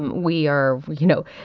we are you know,